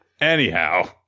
Anyhow